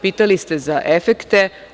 Pitali ste za efekte.